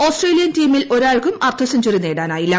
Australian ടീമിൽ ഒരാൾക്കും അർദ്ധ സെഞ്ചറി നേടാനായില്ല